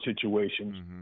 situations